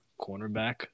cornerback